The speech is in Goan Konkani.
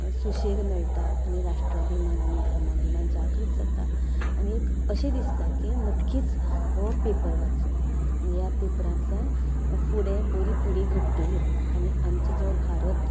सुशेग मेळटा आनी राष्ट्राभिमान आनी धर्माभिमान जागृत जाता आनी अशें दिसता की नक्कीच हो पेपर वाचून ह्या पेपरांतल्यान फुडें बरी पिढी घडटली आनी आमचो जो भारत